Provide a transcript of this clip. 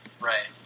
Right